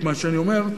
את מה שאני אומר,